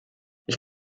ich